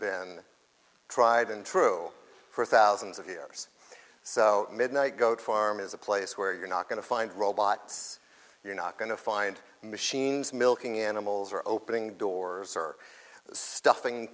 been tried and true for thousands of here so midnight goat farm is a place where you're not going to find robots you're not going to find machines milking animals or opening doors or stuffing